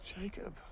Jacob